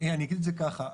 אגיד את זה ככה,